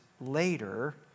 later